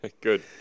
Good